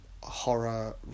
horror